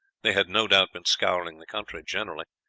they had no doubt been scouring the country generally,